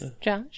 Josh